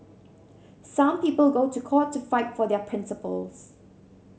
some people go to court to fight for their principles